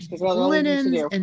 linens